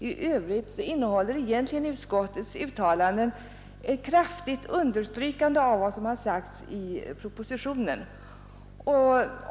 I övrigt innebär egentligen utskottets uttalande ett kraftigt understrykande av vad som har sagts i propositionen.